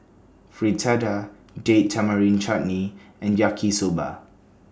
Fritada Date Tamarind Chutney and Yaki Soba